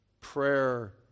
prayer